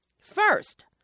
first